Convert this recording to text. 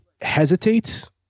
hesitates